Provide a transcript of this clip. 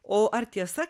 o ar tiesa